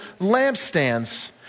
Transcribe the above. lampstands